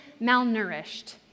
malnourished